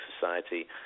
society